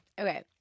Okay